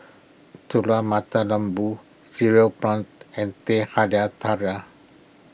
Telur Mata Lembu Cereal Prawns and Teh Halia Tarik